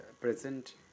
present